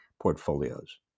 portfolios